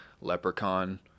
Leprechaun